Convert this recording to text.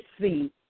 see